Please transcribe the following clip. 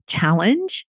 challenge